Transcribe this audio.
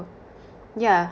yeah